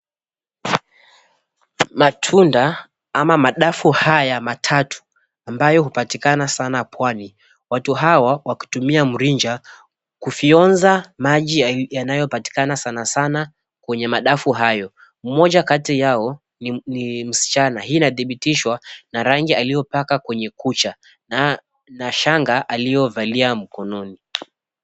Matunda ama madafu haya matatu ambayo hupatikana sana pwani. Watu hawa wakitumia mrija kufyonza maji yanayopatikana sana sana kwenye madafu hayo. Mmoja kati yao ni msichana. Hii inadhibitishwa na rangi aliopaka kwenye kucha na shanga aliovalia mkononi.